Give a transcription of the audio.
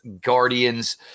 Guardians